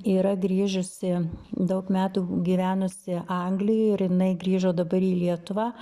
yra grįžusi daug metų gyvenusi anglijoj ir jinai grįžo dabar į lietuvą